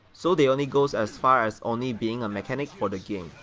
so they only goes as far as only being a mechanic for the game,